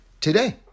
Today